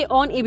on